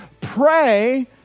pray